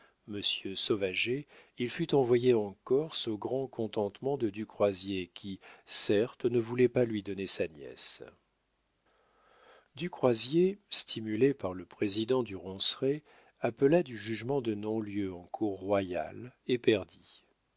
sauvager il fut envoyé en corse au grand contentement de du croisier qui certes ne voulait pas lui donner sa nièce du croisier stimulé par le président du ronceret appela du jugement de non-lieu en cour royale et perdit